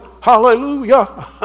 hallelujah